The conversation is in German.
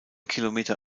kilometer